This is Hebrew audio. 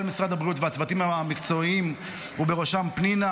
משרד הבריאות והצוותים המקצועיים ובראשם פנינה.